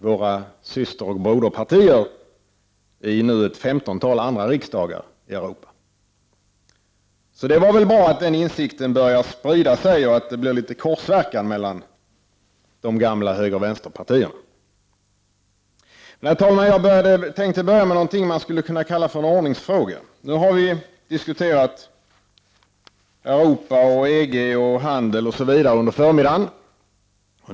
Våra systeroch broderpartier finns nu i ett femtontal andra riksdagar i Europa. Det var väl bra att den insikten börjar sprida sig och att det blev litet korsverkan mellan de gamla höger-vänster-partierna. Herr talman! Jag tänkte börja med något man skulle kunna kalla en ordningsfråga. Nu har vi diskuterat Europa, EG, handel osv. under förmiddagen.